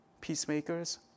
peacemakers